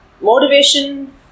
motivation